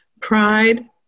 Pride